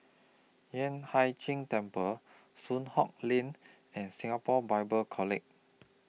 Yueh Hai Ching Temple Soon Hock Lane and Singapore Bible College